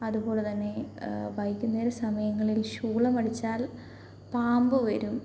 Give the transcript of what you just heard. അതുപോലതന്നെ വൈകുന്നേര സമയങ്ങളിൽ ശൂളമടിച്ചാൽ പാമ്പ് വരും